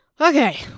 okay